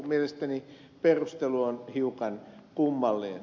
mielestäni perustelu on hiukan kummallinen